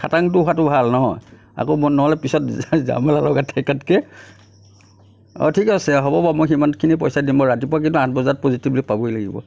খাটাংটো হোৱাতো ভাল নহয় আকৌ নহ'লে পিছত ঝামেলা লগাই থকাতকৈ অঁ ঠিক আছে হ'ব বাৰু মই সিমানখিনি পইচা দিম বাৰু ৰাতিপুৱা কিন্তু আঠ বজাত পজিটিভলী পাবহি লাগিব